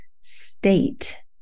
state